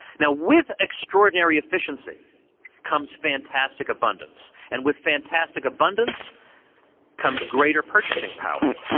now, with extraordinary efficiency comes fantastic abundance, and with fantastic abundance comes greater purchasing power,